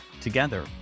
Together